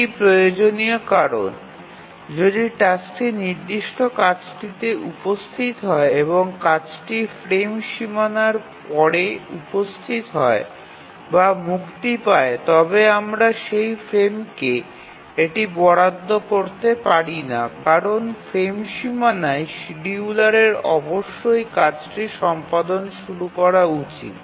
এটি প্রয়োজনীয় কারণ যদি টাস্কটি নির্দিষ্ট কাজটিতে উপস্থিত হয় এবং কাজটি ফ্রেম সীমানার পরে উপস্থিত হয় বা মুক্তি পায় তবে আমরা সেই ফ্রেমকে এটি বরাদ্দ করতে পারি না কারণ ফ্রেম সীমানায় শিডিয়ুলারের অবশ্যই কাজটি সম্পাদন শুরু করা উচিত